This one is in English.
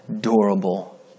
durable